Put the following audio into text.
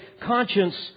conscience